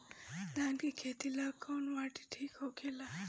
धान के खेती ला कौन माटी ठीक होखेला?